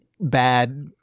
bad